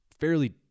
fairly